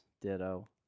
Ditto